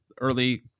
early